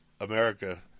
America